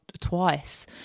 twice